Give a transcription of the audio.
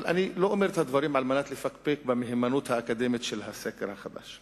אבל אני לא אומר את הדברים על מנת לפקפק במהימנות האקדמית של הסקר החדש.